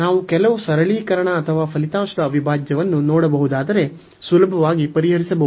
ನಾವು ಕೆಲವು ಸರಳೀಕರಣ ಅಥವಾ ಫಲಿತಾಂಶದ ಅವಿಭಾಜ್ಯವನ್ನು ನೋಡಬಹುದಾದರೆ ಸುಲಭವಾಗಿ ಪರಿಹರಿಸಬಹುದು